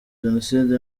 jenoside